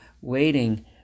waiting